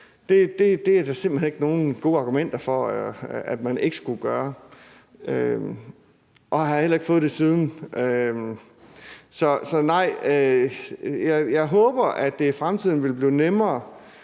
er der simpelt hen ikke nogen gode argumenter for at man ikke skulle gøre. Så svaret er nej. Jeg håber, at det i fremtiden vil blive nemmere